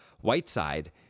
Whiteside